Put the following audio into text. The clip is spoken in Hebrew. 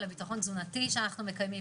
לביטחון התזונתי שאנחנו מקיימים.